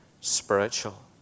spiritual